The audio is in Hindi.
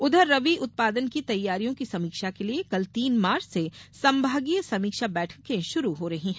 उधर रबी उत्पादन की तैयारियों की समीक्षा के लिये कल तीन मार्च से संभागीय समीक्षा बैठकें शुरू हो रही हैं